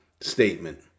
statement